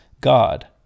God